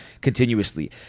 continuously